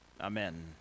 Amen